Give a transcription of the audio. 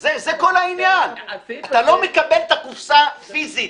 זה כל העניין, אתה לא מקבל את הקופסה פיזית.